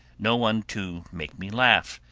no one to make me laugh,